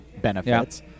benefits